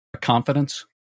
Confidence